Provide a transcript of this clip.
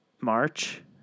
march